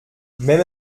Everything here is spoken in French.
même